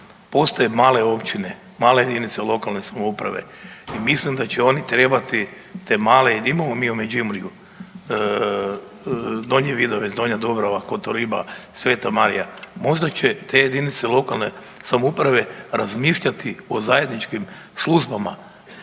Postoje male općine, male JLS i mislim da će oni trebati te male jer imamo mi u Međimurju, Donji Vidovec, Donja Dubrava, Kotoriba, Sveta Marija, možda će te JLS razmišljati o zajedničkim službama.